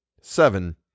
Seven